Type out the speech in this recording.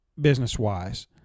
business-wise